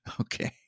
okay